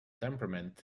temperament